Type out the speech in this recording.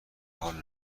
حال